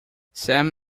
sam